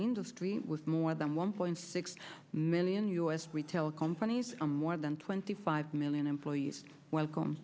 industry with more than one point six million u s retail companies a more than twenty five million employees welcome